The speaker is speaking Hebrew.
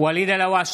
ואליד אל הואשלה,